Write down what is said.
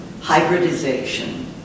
hybridization